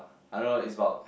I don't know it's about